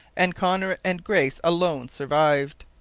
and connor and grace alone survived.